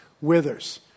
withers